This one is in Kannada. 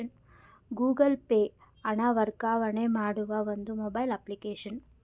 ಗೂಗಲ್ ಪೇ ಹಣ ವರ್ಗಾವಣೆ ಮಾಡುವ ಒಂದು ಮೊಬೈಲ್ ಅಪ್ಲಿಕೇಶನ್